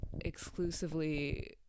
exclusively